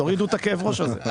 תורידו את כאב הראש הזה.